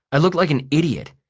i looked like an idiot.